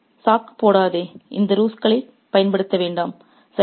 " ஜனாப் சாக்கு போடாதே இந்த ரூஸ்களைப் பயன்படுத்த வேண்டாம்